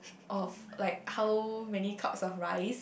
of like how many cups of rice